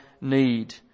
need